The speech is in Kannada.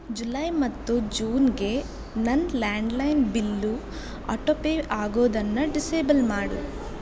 ಜುಲೈ ಮತ್ತು ಜೂನ್ಗೆ ನನ್ನ ಲ್ಯಾಂಡ್ಲೈನ್ ಬಿಲ್ಲು ಅಟೋ ಪೇ ಆಗೋದನ್ನು ಡಿಸೇಬಲ್ ಮಾಡು